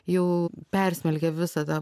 jau persmelkia visą tą